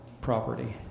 property